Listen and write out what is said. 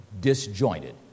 disjointed